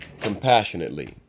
compassionately